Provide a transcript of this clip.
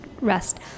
rest